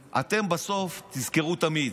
בסוף, תזכרו תמיד,